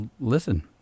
listen